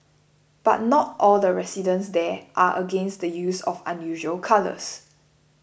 but not all the residents there are against the use of unusual colours